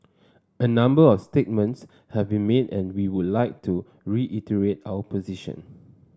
a number of statements have been made and we would like to reiterate our position